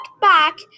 back